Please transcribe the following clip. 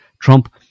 Trump